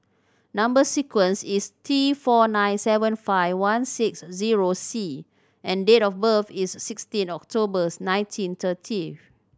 number sequence is T four nine seven five one six zero C and date of birth is sixteen Octobers nineteen thirtieth